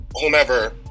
Whomever